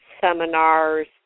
seminars